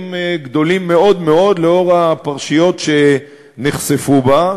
גדולים מאוד מאוד לנוכח הפרשיות שנחשפו בה,